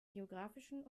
geografischen